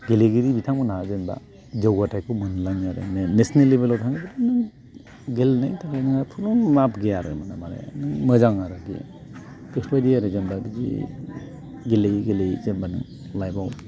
गेलेगिरि बिथांमोनहा जेनेबा जौगाथायखौ मोनलाङो आरो नेशनेल लेबेलाव थाङोबाथ' नों गेलेनायनि थाखाय आरो खुनु माबा गैया आरो माने मोजां आरो बे बेफोरबायदि आरो जेनेबा बिदि गेलेयै गेलेयै जेनेबा नों लाइफआव